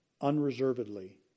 unreservedly